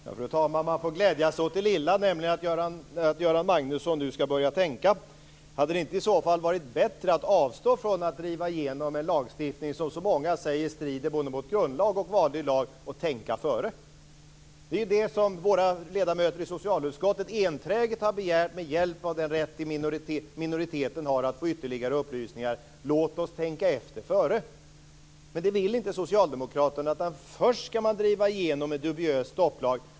Fru talman! Man får glädja sig åt det lilla och det är att Göran Magnusson nu ska börja tänka. Men hade det inte varit bättre att avstå från att driva igenom en lagstiftning som så många säger strider mot både grundlag och vanlig lag och att tänka efter före? Det är ju vad våra ledamöter i socialutskottet enträget har begärt med hjälp av den rätt som minoriteten har när det gäller att få ytterligare upplysningar. Låt oss alltså tänka efter före! Det vill dock inte Socialdemokraterna, utan först ska man driva igenom en dubiös stopplag.